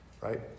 right